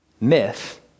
Myth